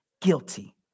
guilty